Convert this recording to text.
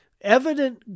evident